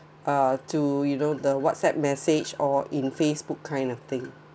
uh to you know the whatsapp message or in facebook kind of thing